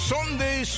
Sunday